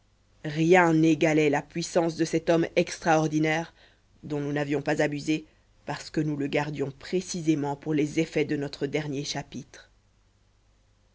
rien n'égalait la puissance de cet homme extraordinaire dont nous n'avions pas abusé parce que nous le gardions précieusement pour les effets de notre dernier chapitre